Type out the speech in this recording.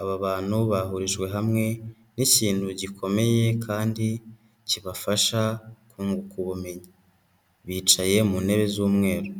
Aba bantu bahurijwe hamwe n'ikintu gikomeye kandi kibafasha kunguka ubumenyi. Bicaye mu ntebe z'umweru.